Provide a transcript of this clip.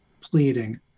pleading